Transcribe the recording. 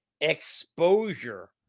exposure